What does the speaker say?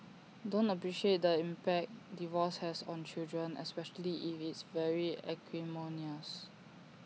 don't appreciate the impact divorce has on children especially if it's very acrimonious